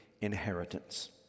inheritance